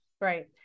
Right